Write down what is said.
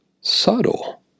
subtle